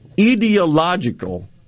ideological